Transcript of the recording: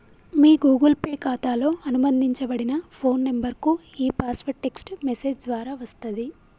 మీ Google Pay ఖాతాతో అనుబంధించబడిన phone నంబర్కు ఈ పాస్వర్డ్ టెక్ట్స్ మెసేజ్ ద్వారా వస్తది